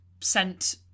sent